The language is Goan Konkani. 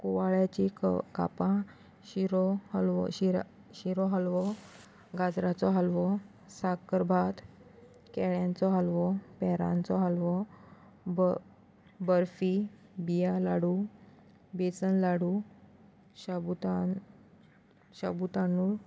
ओवाळ्याची क कापां शिरो हल्वो शिरा शिरो हल्वो गाडॉजराचो हल्वो साकरभात केळ्यांचो हाल्वो पेरांचो हल्वो ब बर्फी बियां लाडू बेसन लाडू शाबूतान शाबूतानू